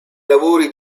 lavori